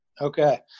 Okay